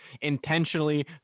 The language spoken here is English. intentionally